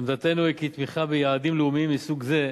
עמדתנו היא כי תמיכה ביעדים לאומיים מסוג זה,